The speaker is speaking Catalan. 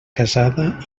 casada